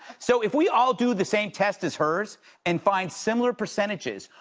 so if we all do the same test is hers and find similar percentages,